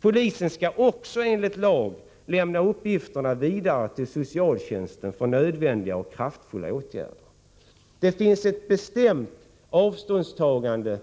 Polisen skall också enligt lag lämna uppgifterna vidare till socialtjänsten för nödvändiga och kraftfulla åtgärder. Det finns ett bestämt avståndstagande